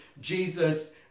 Jesus